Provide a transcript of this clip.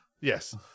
Yes